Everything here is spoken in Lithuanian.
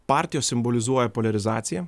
partijos simbolizuoja poliarizaciją